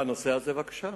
בנושא הזה, בבקשה.